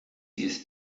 ist